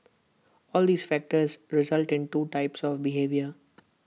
all these factors result in two types of behaviour